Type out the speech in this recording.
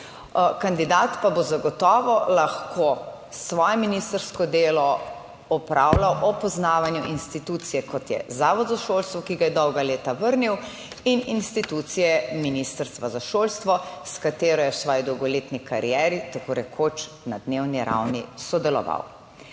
Kandidat pa bo zagotovo lahko svoje ministrsko delo opravljal ob poznavanju institucije, kot je Zavod za šolstvo, ki ga je dolga leta vrnil, in institucije ministrstva za šolstvo, s katero je v svoji dolgoletni karieri tako rekoč na dnevni ravni sodeloval.